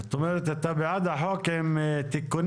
זאת אומרת, אתה בעד החוק עם תיקונים?